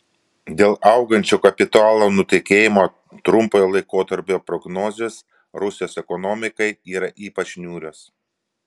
dėl augančio kapitalo nutekėjimo trumpojo laikotarpio prognozės rusijos ekonomikai yra ypač niūrios